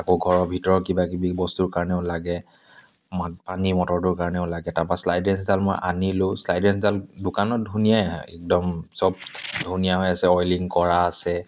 আকৌ ঘৰৰ ভিতৰত কিবাকিবি বস্তুৰ কাৰণেও লাগে মাক পানী মটৰটোৰ কাৰণেও লাগে তাপা শ্লাইড ৰেঞ্চডাল মই আনিলোঁ শ্লাইড ৰেঞ্চডাল দোকানত ধুনীয়াই একদম চব ধুনীয়া হৈ আছে অইলিং কৰা আছে